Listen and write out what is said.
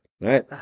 Right